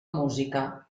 música